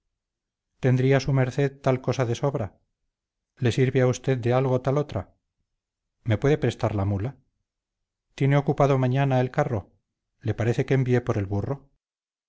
tendría su merced tal cosa de sobra le sirve a usted de algo tal otra me puede prestar la mula tiene ocupado mañana el carro le parece que envíe por el burro